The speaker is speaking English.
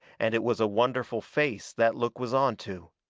and it was a wonderful face that look was onto.